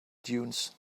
dunes